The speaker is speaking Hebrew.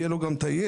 גם יהיה לו את הידע.